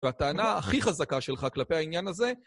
והטענה הכי חזקה שלך כלפי העניין הזה